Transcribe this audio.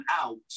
out